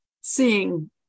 seeing